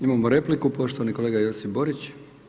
Imamo repliku, poštovani kolega Josip Borić.